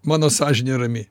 mano sąžinė rami